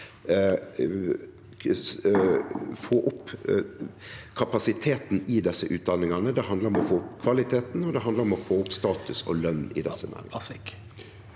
å få opp kapasiteten i desse utdanningane. Det handlar om å få opp kvaliteten, og det handlar om å få opp status og løn i desse næringane.